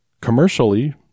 commercially